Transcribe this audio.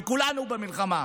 וכולנו במלחמה,